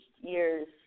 years